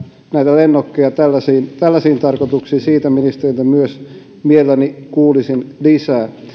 näitä lennokkeja käyttävät tällaisiin tarkoituksiin myös siitä kuulisin ministeriltä mielelläni lisää